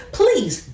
please